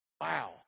Wow